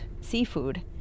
seafood